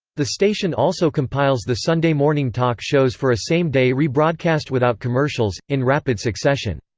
the station also compiles the sunday morning talk shows for a same-day rebroadcast without commercials, in rapid succession.